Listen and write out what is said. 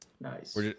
Nice